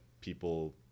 people